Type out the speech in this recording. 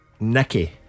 Nicky